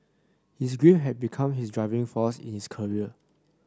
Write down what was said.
his grief had become his driving force in his career